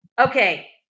Okay